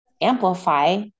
amplify